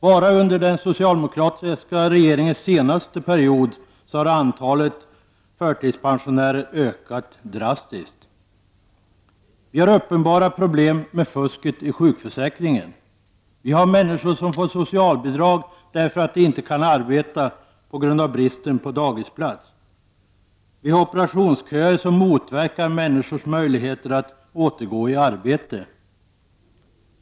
Bara under den socialdemokratiska regeringens senaste period har antalet förtidspensionärer ökat drastiskt. Vi har uppenbara problem med fusket i sjukförsäkringen. Människor får socialbidrag därför att de inte kan arbeta på grund av bristen på dagisplatser. Vi har operationsköer som motverkar människors möjligheter att återgå i arbete.